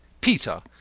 Peter